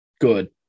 good